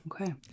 Okay